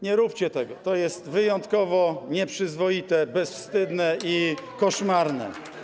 Nie róbcie tego, to jest wyjątkowo nieprzyzwoite, bezwstydne i koszmarne.